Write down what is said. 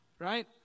right